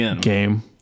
game